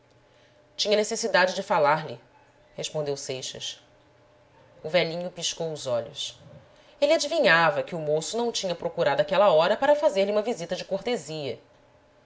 tinha necessidade de falar-lhe respondeu seixas o velhinho piscou os olhos ele adivinhava que o moço não o tinha procurado àquela hora para fazer-lhe uma visita de cortesia